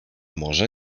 może